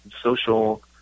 social